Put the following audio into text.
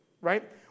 right